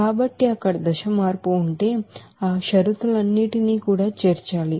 కాబట్టి అక్కడ దశ మార్పు ఉంటే ఆ షరతులన్నింటినీ కూడా చేర్చాలి